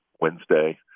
Wednesday